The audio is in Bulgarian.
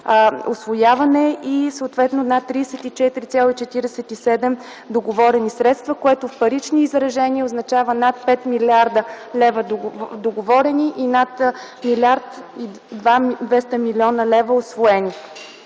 усвояване и съответно над 34,47% договорени средства, което в парично изражение означава над 5 млрд. лв. договорени и над 1 млрд. 200 млн.